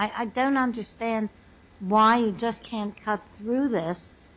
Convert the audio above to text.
i don't understand why you just can't cut through this